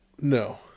No